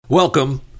Welcome